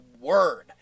word